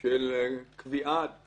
של קביעת